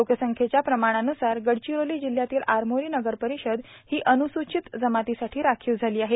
लोकसंख्येच्या प्रमाणान्सार गडचिरोली जिल्ह्यातील आरमोरी नगरपरिषद ही अन्सूचित जमातीसाठी राखीव झाली आहे